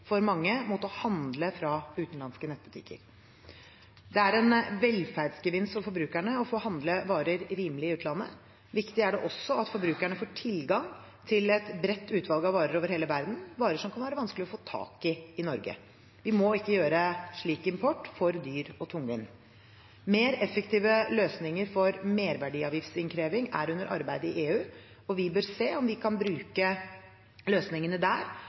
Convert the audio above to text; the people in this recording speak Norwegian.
for mange mot å handle fra utenlandske nettbutikker. Det er en velferdsgevinst for forbrukerne å få handle varer rimelig i utlandet. Viktig er det også at forbrukerne får tilgang til et bredt utvalg av varer over hele verden, varer som kan være vanskelig å få tak i i Norge. Vi må ikke gjøre slik import for dyr og tungvint. Mer effektive løsninger for merverdiavgiftsinnkreving er under arbeid i EU, og vi bør se om vi kan bruke løsningene der